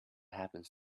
happens